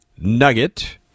nugget